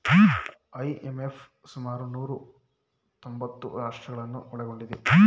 IMF ಸುಮಾರು ನೂರಾ ತೊಂಬತ್ತು ರಾಷ್ಟ್ರಗಳನ್ನು ಒಳಗೊಂಡಿದೆ